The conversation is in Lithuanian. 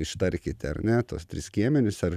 ištarkite ar ne tuos tris skiemenis ar